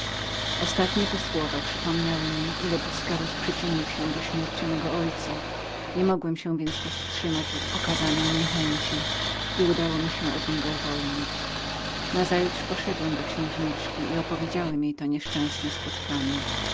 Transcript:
ostatnie te słowa przypomniały mi ile busqueros przyczynił się był do śmierci mego ojca ofuknąłem się więc na niego i szczęśliwie pozbyłem nazajutrz poszedłem do księżniczki i opowiedziałem jej to nieszczęsne spotkanie